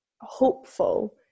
hopeful